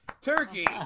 turkey